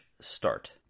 start